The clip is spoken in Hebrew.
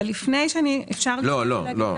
אבל לפני כן, אוכל להגיד כמה דברים?